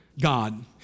God